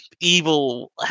evil